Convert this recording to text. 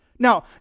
Now